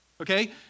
Okay